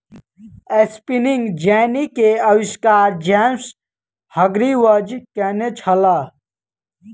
spinning jenny के आविष्कार James Hargreaves केने छला